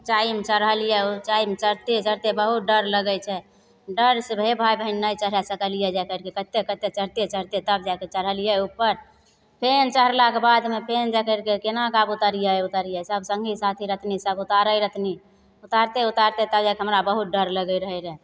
उँचाइमे चढ़लियै उँचाइमे चढ़िते चढ़िते बहुत डर लगय छै डरसँ भाय बहिन नहि चढ़ सकलियै जाकरके करते करते चढ़िते चढ़िते तब जा कऽ चढ़लियै उपर फेन चढ़लाके बादमे फेन जा करके केना कऽ आब उतरियै उतरियै सब सङ्गी साथी रतनी सब उतारय रतनी उतारते उतारते तब जा कऽ हमरा बहुत डर लगय रहय रऽ